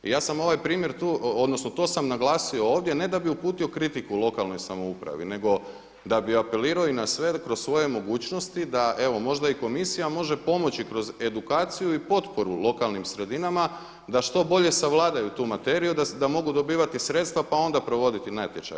I ja sam ovaj primjer, odnosno to sam naglasio ovdje ne da bi uputio kritiku lokalnoj samoupravi, nego da bi apelirao i na sve kroz svoje mogućnosti da evo možda i komisija može pomoći kroz edukaciju i potporu lokalnim sredinama da što bolje savladaju tu materiju da mogu dobivati sredstva pa onda provoditi natječaje.